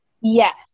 Yes